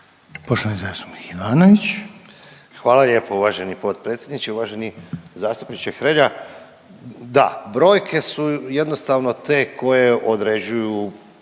Goran (HDZ)** Hvala lijepo uvaženi potpredsjedniče, uvaženi zastupniče Hrelja. Da, brojke su jednostavno te koje određuju